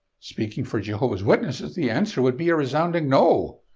speaking for jehovah's witnesses, the answer would be a resounding no.